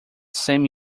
same